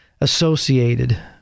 associated